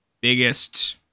biggest